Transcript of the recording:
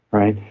right?